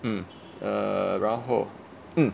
mm err 然后 mm